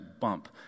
bump